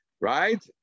right